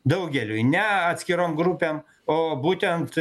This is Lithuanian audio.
daugeliui ne atskirom grupėm o būtent